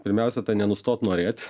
pirmiausia tai nenustot norėt